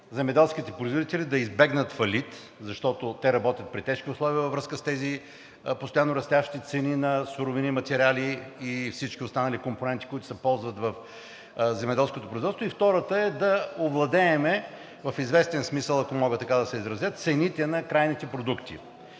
земеделските производители да избегнат фалит, защото те работят при тежки условия във връзка с тези постоянно растящи цени на суровини, материали и всички останали компоненти, които се ползват в земеделското производство. Втората е да овладеем в известен смисъл, ако мога така да се изразя, цените на крайните продукти.